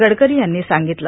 गडकरी यांनी सांगितलं